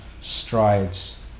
strides